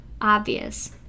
obvious